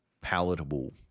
palatable